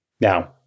Now